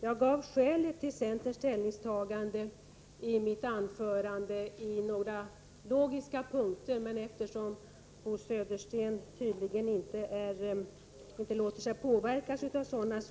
Jag gav skälet till centerns ställningstagande i några logiska punkter i mitt anförande, men eftersom Bo Södersten tydligen inte låter sig påverka av sådana